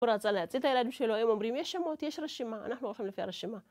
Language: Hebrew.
הוא רצה להציל את הילדים שלו, הם אומרים יש שמות, יש רשימה, אנחנו הולכים לפי הרשימה